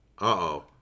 Uh-oh